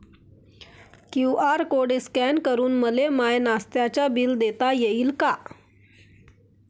QR code scan करून मले माय नास्त्याच बिल देता येईन का?